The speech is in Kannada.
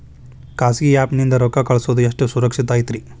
ಖಾಸಗಿ ಆ್ಯಪ್ ನಿಂದ ರೊಕ್ಕ ಕಳ್ಸೋದು ಎಷ್ಟ ಸುರಕ್ಷತಾ ಐತ್ರಿ?